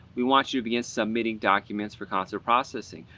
we want you to begin submitting documents for consular processing.